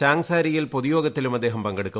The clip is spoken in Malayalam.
ചാങ്സാരിയിൽ പൊതുയോഗത്തിലും അദ്ദേഹം പങ്കെടുക്കും